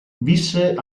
visse